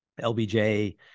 LBJ